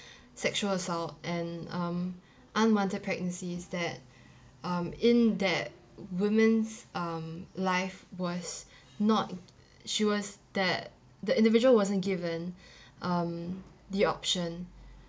sexual assault and um unwanted pregnancies that um in that woman's um life was not she was that the individual wasn't given um the option